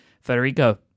Federico